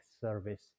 service